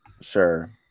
sure